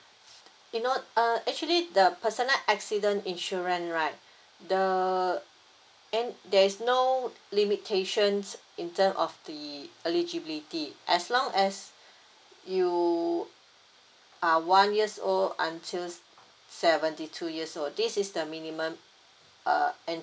you know uh actually the personal accident insurance right the and there is no limitations in term of the eligibility as long as you are one years old until seventy two years old this is the minimum uh